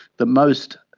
the most